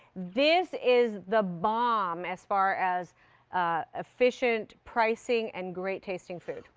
this is the bomb as far as efficient, pricing and great tasting food.